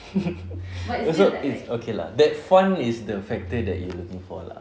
oh so it's okay lah that fun is the factor that you're looking for lah